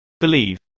Believe